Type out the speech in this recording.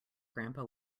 grandpa